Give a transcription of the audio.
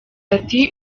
ati